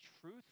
truth